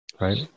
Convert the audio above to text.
Right